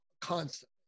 Constant